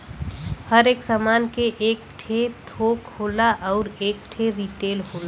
हर एक सामान के एक ठे थोक होला अउर एक ठे रीटेल